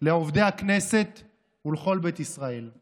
לעובדי הכנסת ולכל בית ישראל.